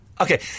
Okay